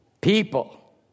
People